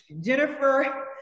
Jennifer